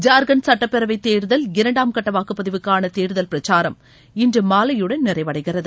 ஜார்கண்ட் சட்டப்பேரவைத் தேர்தல் இரண்டாம் கட்ட வாக்குப்பதிவுக்கான தேர்தல் பிரச்சாரம் இன்று மாலையுடன் நிறைவடைகிறது